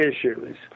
issues